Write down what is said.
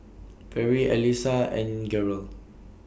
Fairy Allyssa and Garold